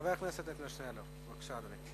חבר הכנסת עתניאל שנלר.